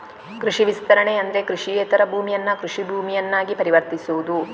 ಕೃಷಿ ವಿಸ್ತರಣೆ ಅಂದ್ರೆ ಕೃಷಿಯೇತರ ಭೂಮಿಯನ್ನ ಕೃಷಿ ಭೂಮಿಯನ್ನಾಗಿ ಪರಿವರ್ತಿಸುವುದು